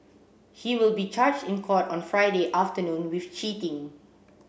he will be charged in court on Friday afternoon with cheating